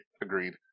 Agreed